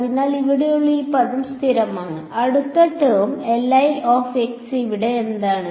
അതിനാൽ ഇവിടെയുള്ള ഈ പദം സ്ഥിരമാണ് അടുത്ത ടേം ഇവിടെ എന്താണ്